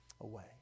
away